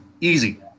Easy